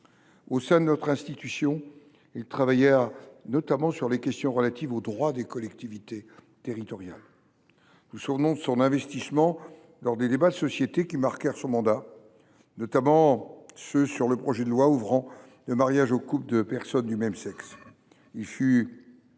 Au sein de notre institution, il travaillait notamment sur les questions relatives aux droits des collectivités territoriales. Nous nous souvenons de son investissement lors des débats de société qui marquèrent son mandat, notamment ceux sur le projet de loi ouvrant le mariage aux couples de personnes du même sexe.